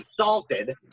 salted